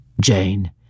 Jane